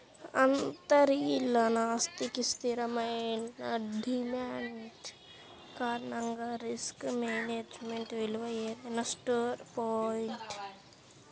అంతర్లీన ఆస్తికి స్థిరమైన డిమాండ్ కారణంగా రిస్క్ మేనేజ్మెంట్ విలువ ఏదైనా స్టోర్ పాయింట్